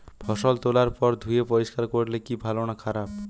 ফসল তোলার পর ধুয়ে পরিষ্কার করলে কি ভালো না খারাপ?